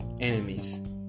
enemies